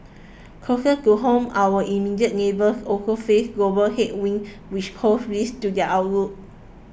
closer to home our immediate neighbours also face global headwinds which pose risks to their outlook